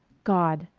god!